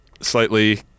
slightly